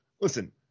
listen